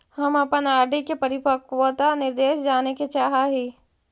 हम अपन R D परिपक्वता निर्देश जाने के चाह ही